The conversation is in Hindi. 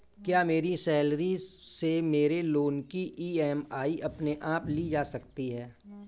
क्या मेरी सैलरी से मेरे लोंन की ई.एम.आई अपने आप ली जा सकती है?